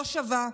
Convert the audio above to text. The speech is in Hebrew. לא שווה,